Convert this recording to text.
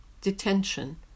detention